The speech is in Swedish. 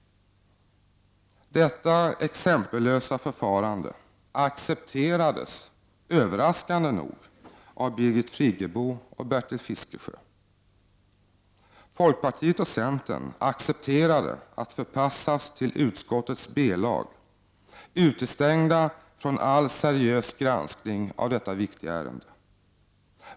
Detta exempellösa förfarande accepterades överraskande nog av Birgit Friggebo och Bertil Fiskesjö. Folkpartiet och centern accepterade att förpassas till utskottets B-lag, utestängda från all seriös granskning av detta viktiga ärende.